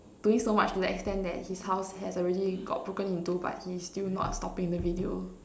doing so much to the extent that his house has already got broken into but he's still not stopping the video